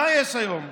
מה יש היום?